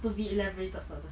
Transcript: to be elaborated further